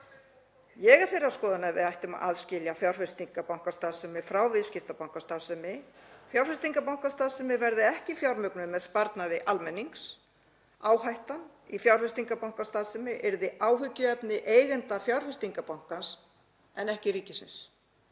Ég er þeirrar skoðunar að við ættum að aðskilja fjárfestingarbankastarfsemi frá viðskiptabankastarfsemi. Fjárfestingarbankastarfsemi verði ekki fjármögnuð með sparnaði almennings. Áhættan í fjárfestingarbankastarfsemi yrði áhyggjuefni eigenda fjárfestingarbankans en ekki ríkisins.